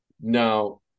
Now